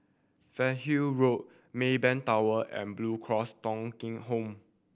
Fernhill Road Maybank Tower and Blue Cross Thong Kheng Home